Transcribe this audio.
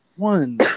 One